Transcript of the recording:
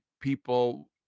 people